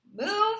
Move